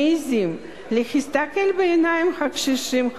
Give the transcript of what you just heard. מעזים להסתכל בעיני הקשישים,